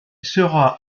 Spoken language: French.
sera